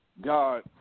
God